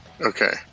Okay